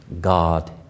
God